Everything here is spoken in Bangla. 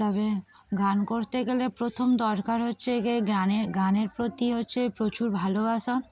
তবে গান করতে গেলে প্রথম দরকার হচ্ছে যে গানের গানের প্রতি হচ্ছে প্রচুর ভালোবাসা